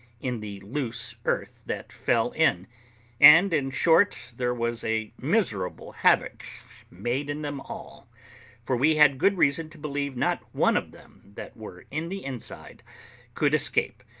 in the loose earth that fell in and, in short, there was a miserable havoc made in them all for we had good reason to believe not one of them that were in the inside could escape,